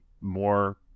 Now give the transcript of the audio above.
more